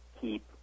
keep